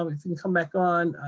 um if you can come back on,